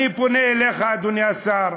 אני פונה אליך, אדוני השר,